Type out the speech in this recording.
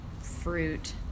fruit